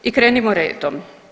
I krenimo redom.